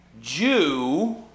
Jew